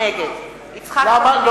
נגד למה?